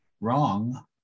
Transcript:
wrong